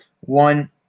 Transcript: one